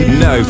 no